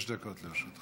בבקשה, חמש דקות לרשותך.